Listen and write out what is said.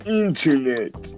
internet